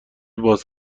باز